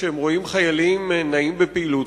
כשהם רואים חיילים נעים בפעילות,